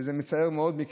וזה מצער מאוד.